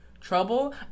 trouble